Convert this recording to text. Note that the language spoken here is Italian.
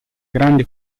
grande